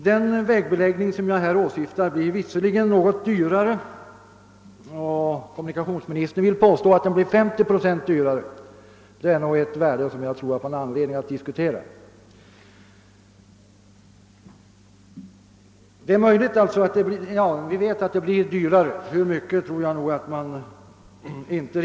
Den vägbeläggning som jag här åsyftar blir något dyrare — kommunikationsministern påstår att den blir 50 procent dyrare. Det är nog en siffra som kan diskuteras; jag tror inte att man vet ännu hur mycket dyrare den blir.